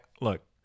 look